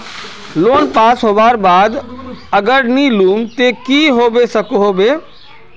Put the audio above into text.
Loan पास होबार बाद अगर नी लुम ते की होबे सकोहो होबे?